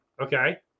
Okay